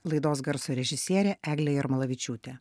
laidos garso režisierė eglė jarmolavičiūtė